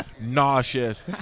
nauseous